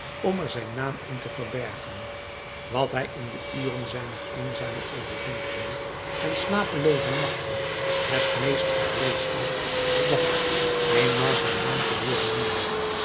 om er zijn naam in te verbergen wat hij in de uren zijner eenzame overdenkingen en slapelooze nachten het meest gevreesd had was eenmaal zijn naam te hooren noemen